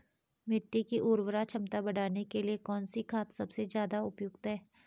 मिट्टी की उर्वरा क्षमता बढ़ाने के लिए कौन सी खाद सबसे ज़्यादा उपयुक्त है?